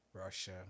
Russia